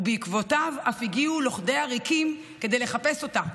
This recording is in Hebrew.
ובעקבותיו אף הגיעו לוכדי עריקים כדי לחפש אותה.